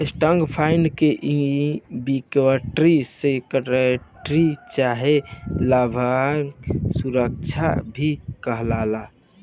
stock fund के equity security चाहे लाभांश सुरक्षा भी कहाला